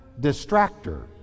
distractor